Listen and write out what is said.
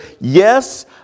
Yes